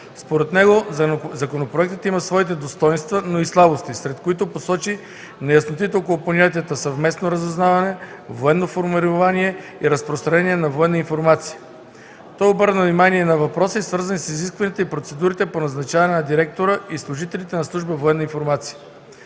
Според него законопроектът има своите достойнства, но и слабости, сред които посочи неяснотите около понятията „съвместно разузнаване”, „военно формирование” и „разпространение на военна информация”. Той обърна внимание и на въпроси, свързани с изискванията и процедурите по назначаване на директора и служителите на служба „Военна информация”.